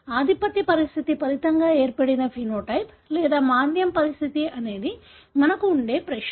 ఆధిపత్య పరిస్థితి ఫలితంగా ఏర్పడిన ఫెనోటైప్ లేదా మాంద్యం పరిస్థితి అనేది మనకు ఉండే ప్రశ్న